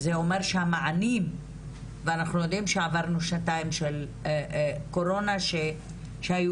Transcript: שזה אומר שהמענים ואנחנו יודעים שעברנו שנתיים של קורונה שהיו